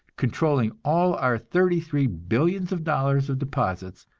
controlling all our thirty-three billions of dollars of deposits,